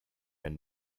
and